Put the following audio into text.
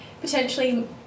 potentially